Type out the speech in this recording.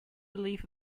leave